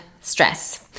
stress